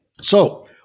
So-